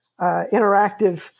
interactive